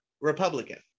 Republican